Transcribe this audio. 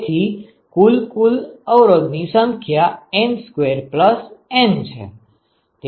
તેથી કુલ કુલ અવરોધ ની સંખ્યા N2N છે